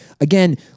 Again